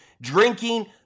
drinking